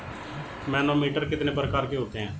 Manometer कितने प्रकार के होते हैं?